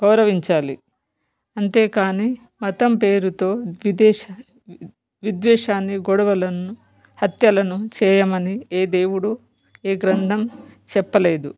గౌరవించాలి అంతేకానీ మతం పేరుతో విద్వేశాన్ని గొడవలను హత్యలను చేయమని ఏ దేవుడు ఏ గ్రంథం చెప్పలేదు